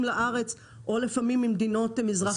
לארץ או לפעמים כאלה שמגיעים ממדינות מזרח אירופה.